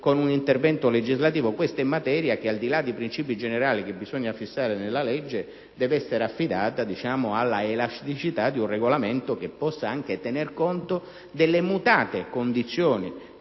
con un intervento legislativo. Questa è materia che, al di là di principi generali, che bisogna fissare nella legge, deve essere affidata all'elasticità di un regolamento che possa anche tenere conto delle mutate condizioni